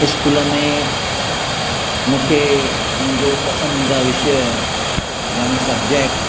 school में मूंखे मुंहिंजो पसंदीदा विषय याने सब्जेक्ट